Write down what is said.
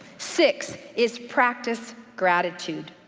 six is practice gratitude.